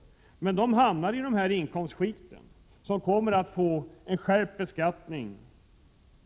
Sjukvårdsbiträdena är en grupp som hamnar i dessa inkomstskikt och som kommer att få en skärpning av